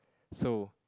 so